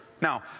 Now